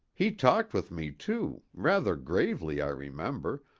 he talked with me, too, rather gravely, i remember,